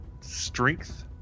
strength